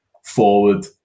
forward